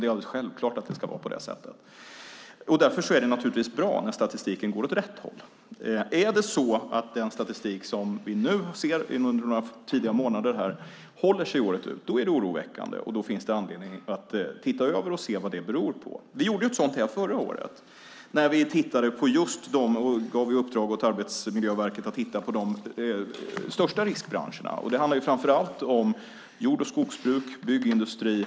Det är alldeles självklart att det ska vara på det sättet. Därför är det bra när statistiken går åt rätt håll. Är det så att den statistik vi nu ser under några tidiga månader håller sig året ut är det oroväckande. Då finns det anledning att titta över det och se vad det beror på. Vi gjorde en sådan sak förra året när vi gav i uppdrag till Arbetsmiljöverket att titta på de största riskbranscherna. Det handlar framför allt om jord och skogsbruk och byggindustrin.